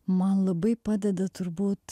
man labai padeda turbūt